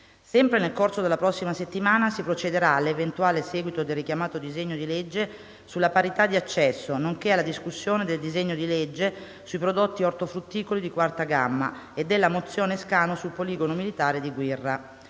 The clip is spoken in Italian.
Sempre nel corso della prossima settimana si procederà all'eventuale seguito del richiamato disegno di legge sulla parità di accesso, nonché alla discussione del disegno di legge sui prodotti ortofrutticoli di quarta gamma e della mozione Scanu sul poligono militare di Quirra.